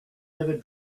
never